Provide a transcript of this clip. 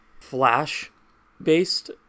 Flash-based